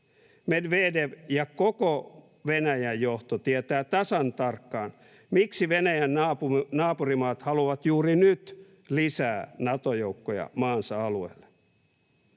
Medvedev ja koko Venäjän johto tietää tasan tarkkaan, miksi Venäjän naapurimaat haluavat juuri nyt lisää Nato-joukkoja maansa alueelle.